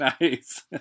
nice